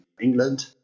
England